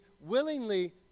willingly